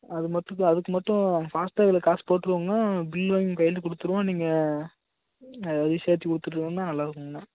அது மட்டும் அதுக்கு மட்டும் பாஸ்ட்டாக்கில் காசு போட்டிருவோங்ண்ணா பில்லு வாங்கி உங்கள் கையில் கொடுத்துடுவோம் நீங்கள் விசாரித்து கொடுத்துட்டிங்கன்னா நல்லாயிருக்குங்கண்ணா